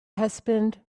husband